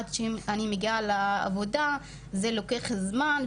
עד שאני מגיעה לעבודה זה לוקח זמן,